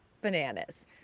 bananas